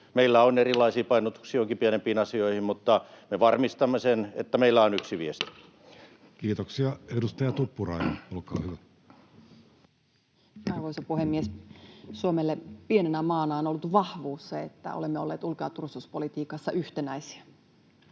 Meillä on erilaisia painotuksia joihinkin pienempiin asioihin, mutta me varmistamme sen, että meillä on yksi viesti. Kiitoksia. — Edustaja Tuppurainen, olkaa hyvä. Arvoisa puhemies! Suomelle pienenä maana on ollut vahvuus se, että olemme olleet ulko‑ ja turvallisuuspolitiikassa yhtenäisiä.